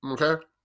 Okay